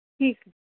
ठीकु